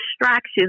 distractions